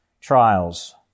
trials